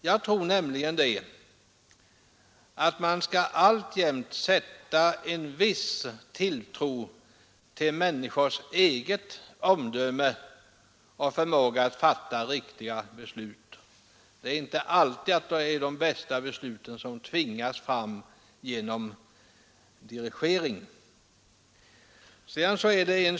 Jag tror nämligen att man alltjämt skall sätta en viss tilltro till människors eget omdöme och förmåga att fatta riktiga beslut. De beslut som tvingas fram genom dirigering är inte alltid de bästa.